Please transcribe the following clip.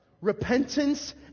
Repentance